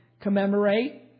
commemorate